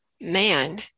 man